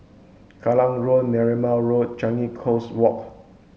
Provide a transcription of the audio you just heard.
Kallang Road Marymount Road and Changi Coast Walk